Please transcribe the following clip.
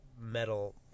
metal